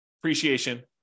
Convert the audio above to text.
appreciation